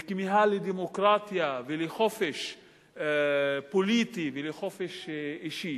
את הכמיהה לדמוקרטיה ולחופש פוליטי ולחופש אישי.